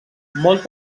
molt